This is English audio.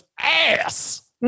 ass